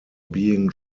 being